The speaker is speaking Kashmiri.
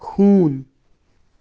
ہوٗن